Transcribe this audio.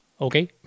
okay